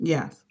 Yes